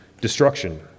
destruction